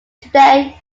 today